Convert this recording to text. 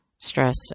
stress